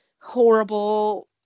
horrible